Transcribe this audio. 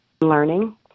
learning